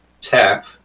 TAP